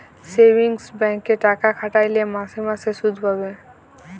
savings ব্যাংকে টাকা খাটাইলে মাসে মাসে সুদ পাবে